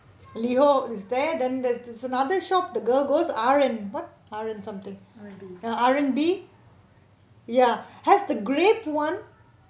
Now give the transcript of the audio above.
Liho is there then there's there's another shop the girl goes R and what R and something ya R and B ya has the grape [one]